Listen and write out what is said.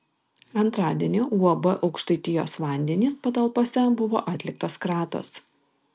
antradienį uab aukštaitijos vandenys patalpose buvo atliktos kratos